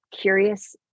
curious